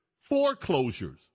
foreclosures